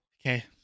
Okay